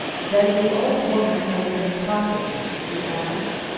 then the old woman has been talking? he asked.